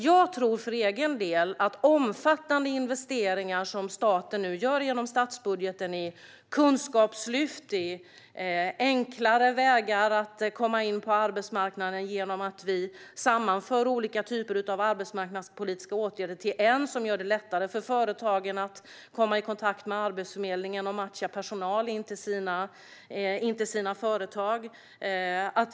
Jag tror för egen del på de omfattande investeringar som staten nu gör genom statsbudgeten i form av kunskapslyft och enklare vägar att komma in på arbetsmarknaden genom att vi sammanför olika typer av arbetsmarknadspolitiska åtgärder till en enda som gör det lättare för företagen att komma i kontakt med Arbetsförmedlingen och matcha personal in till sina företag.